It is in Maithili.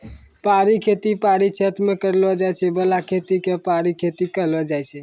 पहाड़ी खेती पहाड़ी क्षेत्र मे करलो जाय बाला खेती के पहाड़ी खेती कहलो जाय छै